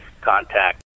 contact